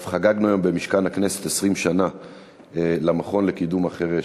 ואף חגגנו היום במשכן הכנסת 20 שנה למכון לקידום החירש.